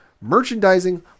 merchandising